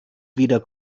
wieder